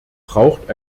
braucht